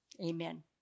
Amen